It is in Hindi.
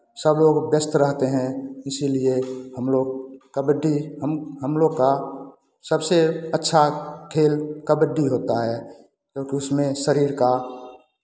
सब लोग व्यस्त रहते हैं इसीलिए हम लोग कबड्डी हम हम लोग का सबसे अच्छा खेल कबड्डी होता है क्योंकि उसमें शरीर का